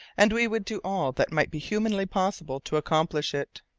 and we would do all that might be humanly possible to accomplish it.